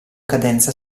cadenza